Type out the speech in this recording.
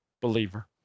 believer